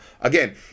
again